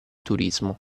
turismo